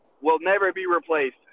will-never-be-replaced